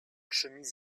chemise